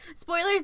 Spoilers